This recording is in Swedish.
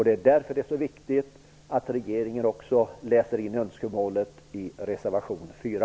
Det är därför det är så viktigt att regeringen också läser in önskemålet i reservation 4.